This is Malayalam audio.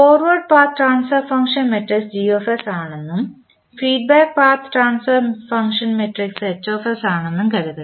forward path transfer function matrix ആണെന്നും feedback path transfer function matrix ആണെന്നും കരുതുക